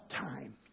time